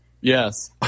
Yes